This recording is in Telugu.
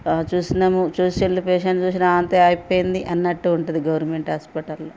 ఆ చూసినాము చూసి వెళ్ళి పేషెంట్ని చూసిన అంతే అయిపోయింది అన్నట్టు ఉంటుంది గవర్నమెంట్ హాస్పిటల్లో